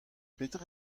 petra